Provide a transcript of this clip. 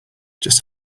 just